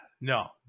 No